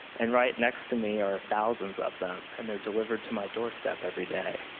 and right next to me or thousands of them, and they've delivered to my doorstep everyday.